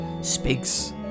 Speaks